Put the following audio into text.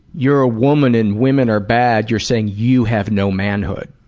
you're a woman and women are bad, you're saying you have no manhood.